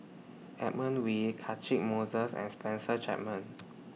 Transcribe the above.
Edmund Wee Catchick Moses and Spencer Chapman